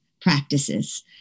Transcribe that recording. practices